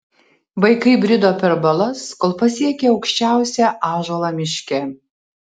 vaikai brido per balas kol pasiekė aukščiausią ąžuolą miške